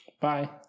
Bye